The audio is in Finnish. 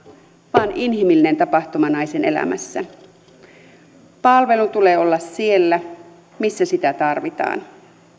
vaan inhimillinen tapahtuma naisen elämässä palvelun tulee olla siellä missä sitä tarvitaan